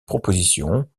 proposition